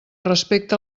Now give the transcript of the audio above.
respecta